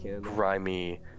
grimy